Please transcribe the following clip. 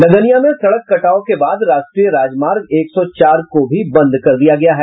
लदनिया में सड़क कटाव के बाद राष्ट्रीय राजमार्ग एक सौ चार को भी बंद कर दिया गया है